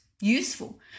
useful